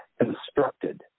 constructed